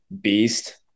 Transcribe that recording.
beast